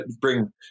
bring